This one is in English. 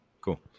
cool